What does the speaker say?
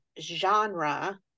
genre